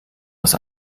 aus